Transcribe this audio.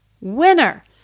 Winner